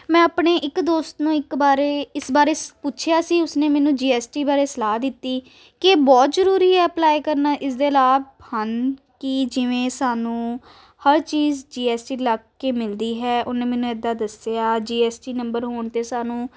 ਮੈਂ ਆਪਣੇ ਇੱਕ ਦੋਸਤ ਨੂੰ ਇੱਕ ਬਾਰੇ ਇਸ ਬਾਰੇ ਪੁੱਛਿਆ ਸੀ ਉਸਨੇ ਮੈਨੂੰ ਜੀਐਸਟੀ ਬਾਰੇ ਸਲਾਹ ਦਿੱਤੀ ਕੀ ਇਹ ਬਹੁਤ ਜ਼ਰੂਰੀ ਹੈ ਅਪਲਾਈ ਕਰਨਾ ਇਸ ਦੇ ਲਾਭ ਹਨ ਕਿ ਜਿਵੇਂ ਸਾਨੂੰ ਹਰ ਚੀਜ਼ ਜੀਐਸਟੀ ਲੱਗ ਕੇ ਮਿਲਦੀ ਹੈ ਉਹਨੇ ਮੈਨੂੰ ਇੱਦਾਂ ਦੱਸਿਆ ਜੀਐਸਟੀ ਨੰਬਰ ਹੋਣ ਅਤੇ ਸਾਨੂੰ